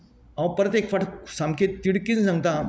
हांव परत एक फावट सामकें तिडकीन सांगता